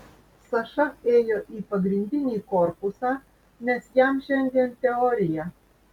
saša ėjo į pagrindinį korpusą nes jam šiandien teorija